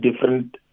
different